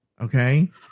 Okay